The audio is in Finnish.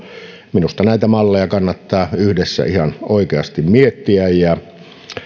minusta näitä malleja kannattaa yhdessä ihan oikeasti miettiä